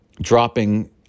dropping